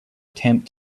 attempt